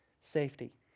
safety